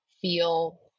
feel